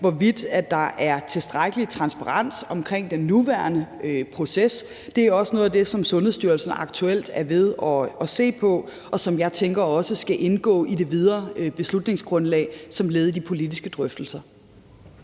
hvorvidt der er tilstrækkelig transparens omkring den nuværende proces. Det er også noget af det, Sundhedsstyrelsen aktuelt er ved at se på, og som jeg tænker også skal indgå i det videre beslutningsgrundlag som led i de politiske drøftelser.